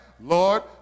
Lord